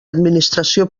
administració